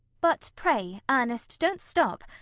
but pray, ernest, don't stop.